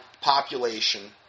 population